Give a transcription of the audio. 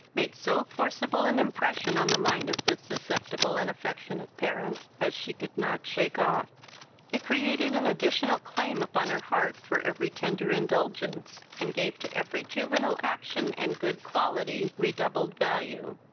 made so forcible an impression on the mind of this susceptible and affectionate parent, as she could not shake off it created an additional claim upon her heart for every tender indulgence, and gave to every juvenile action and good quality redoubled value.